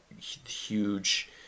huge